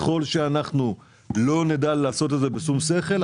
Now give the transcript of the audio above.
שלא נדע לעשות את זה בשום שכל,